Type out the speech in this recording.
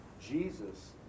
Jesus